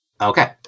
Okay